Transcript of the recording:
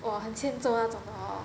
!wah! 很欠揍那种的 hor